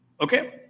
okay